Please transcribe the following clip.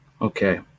Okay